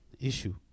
issue